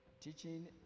teaching